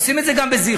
עושים את זה גם בזיכרון,